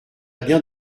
bien